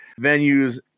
venues